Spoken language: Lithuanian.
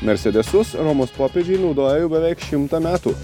mersedesus romos popiežiai naudoja jau beveik šimtą metų